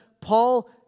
Paul